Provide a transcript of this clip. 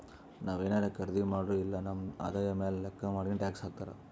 ನಾವ್ ಏನಾರೇ ಖರ್ದಿ ಮಾಡುರ್ ಇಲ್ಲ ನಮ್ ಆದಾಯ ಮ್ಯಾಲ ಲೆಕ್ಕಾ ಮಾಡಿನೆ ಟ್ಯಾಕ್ಸ್ ಹಾಕ್ತಾರ್